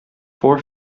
four